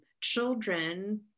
children